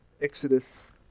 Exodus